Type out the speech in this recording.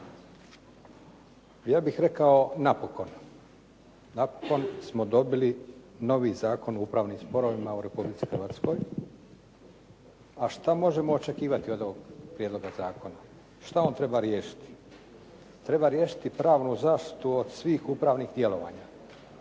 Ja bih rekao, napokon. Napokon smo dobili novi Zakon o upravnim sporovima u Republici Hrvatskoj, a što možemo očekivati od ovog prijedloga zakona. Što on treba riješiti? Treba riješiti pravnu zaštitu od svih upravnih djelovanja.